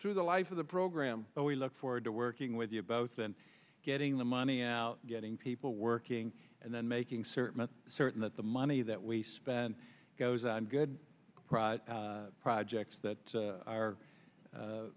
through the life of the program but we look forward to working with you both and getting the money out getting people were working and then making certain certain that the money that we spend goes on good projects that are